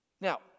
Now